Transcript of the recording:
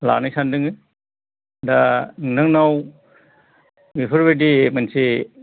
लानो सानदोंमोन दा नोंथांनाव बेफोरबायदि मोनसे